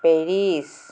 Paris